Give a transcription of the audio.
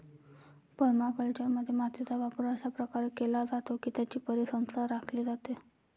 परमाकल्चरमध्ये, मातीचा वापर अशा प्रकारे केला जातो की त्याची परिसंस्था राखली जाते